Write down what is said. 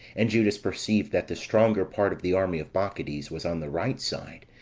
and judas perceived that the stronger part of the army of bacchides was on the right side,